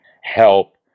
help